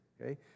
okay